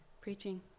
preaching